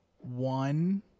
one